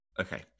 Okay